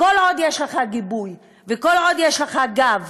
כל עוד יש לך גיבוי וכל עוד יש לך גב